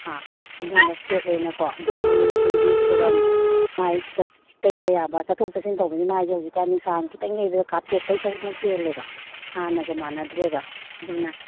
ꯑꯥ ꯑꯗꯨꯝꯕ ꯁꯦꯠ ꯑꯣꯏꯅꯀꯣ ꯕꯤꯇꯥꯃꯤꯟ ꯁꯤꯒꯤ ꯁꯤꯔꯝ ꯃꯥꯏꯗ ꯇꯩꯕ ꯌꯥꯕ ꯆꯠꯊꯣꯛ ꯆꯠꯁꯤꯟ ꯇꯧꯕꯅꯤꯅ ꯃꯥꯏꯗ ꯍꯧꯖꯤꯛ ꯀꯥꯟ ꯅꯨꯡꯁꯥꯅ ꯈꯤꯇꯪ ꯍꯦꯛꯇ ꯀꯥꯊꯦꯛꯄꯩ ꯁꯔꯨꯛꯅ ꯍꯦꯜꯂꯦꯕ ꯍꯥꯟꯅꯒ ꯃꯥꯟꯅꯗ꯭ꯔꯦꯕ ꯑꯗꯨꯅ